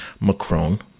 Macron